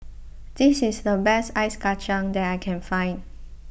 this is the best Ice Kacang that I can find